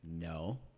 No